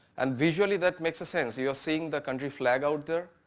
and visually that makes sense. you are seeing the country flag out there,